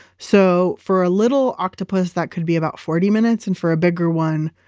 so for a little octopus, that could be about forty minutes and for a bigger one,